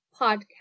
podcast